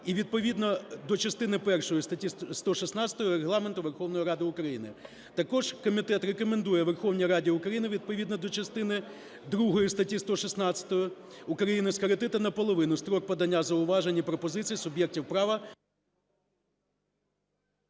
і відповідно до частини першої статті 116 Регламенту Верховної Ради України. Також комітет рекомендує Верховній Раді України відповідно до частини другої статті 116 України скоротити наполовину строк подання зауважень і пропозицій суб'єктів права…